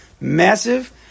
Massive